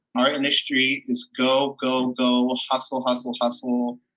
our industry, it's go, go, go, hustle, hustle, hustle.